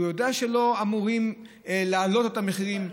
הוא יודע שלא אמורים להעלות לו את המחירים,